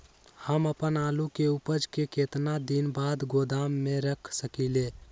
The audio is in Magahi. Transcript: हम अपन आलू के ऊपज के केतना दिन बाद गोदाम में रख सकींले?